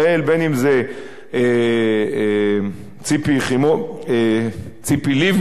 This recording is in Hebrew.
אם ציפי לבני,